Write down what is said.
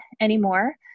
anymore